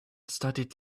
studied